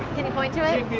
can you point to it?